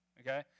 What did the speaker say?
okay